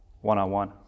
one-on-one